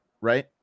right